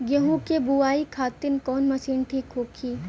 गेहूँ के बुआई खातिन कवन मशीन ठीक होखि?